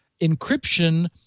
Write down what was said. encryption